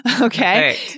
Okay